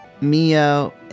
Mio